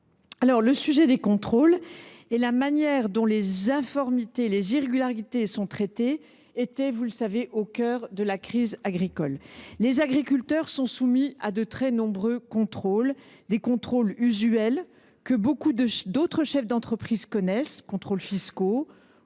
êtes. Le sujet des contrôles et de la manière dont les irrégularités sont traitées était, vous le savez, au cœur de la crise agricole. Les agriculteurs sont soumis à de très nombreux contrôles : les contrôles usuels dont font l’objet beaucoup d’autres chefs d’entreprise – contrôles fiscaux,